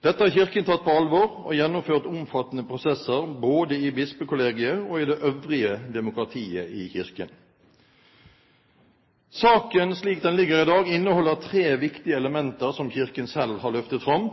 Dette har Kirken tatt på alvor og gjennomført omfattende prosesser både i bispekollegiet og i det øvrige demokratiet i Kirken. Saken slik den ligger i dag, inneholder tre viktige elementer som Kirken selv har løftet fram.